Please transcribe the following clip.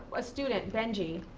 a student, benji,